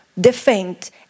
defend